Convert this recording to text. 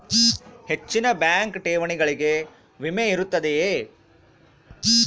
ಹೆಚ್ಚಿನ ಬ್ಯಾಂಕ್ ಠೇವಣಿಗಳಿಗೆ ವಿಮೆ ಇರುತ್ತದೆಯೆ?